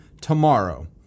tomorrow